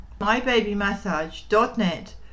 mybabymassage.net